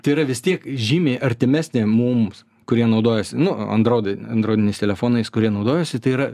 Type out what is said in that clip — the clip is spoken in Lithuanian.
tai yra vis tiek žymiai artimesnė mums kurie naudojasi nu androidai androidiniais telefonais kurie naudojasi tai yra